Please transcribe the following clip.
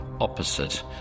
opposite